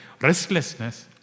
restlessness